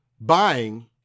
buying